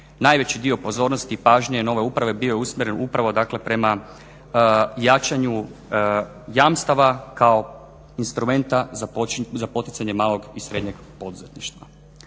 najveći dio pozornosti i pažnje nove uprave bio je usmjeren upravo dakle prema jačanju jamstava kao instrumenta za poticanje malog i srednjeg poduzetništva.